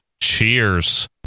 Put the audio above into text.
Cheers